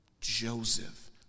Joseph